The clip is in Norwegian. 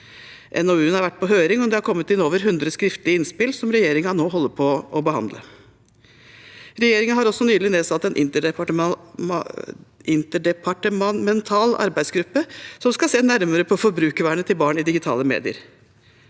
NOU-en har vært på høring, og det har kommet inn over 100 skriftlige innspill, som regjeringen nå holder på å behandle. Regjeringen har også nylig nedsatt en interdepartemental arbeidsgruppe som skal se nærmere på forbrukervernet til barn i digitale medier.